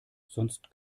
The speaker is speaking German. sonst